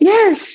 Yes